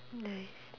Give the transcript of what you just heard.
nice